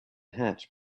hatch